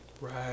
right